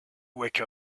wake